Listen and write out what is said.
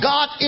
God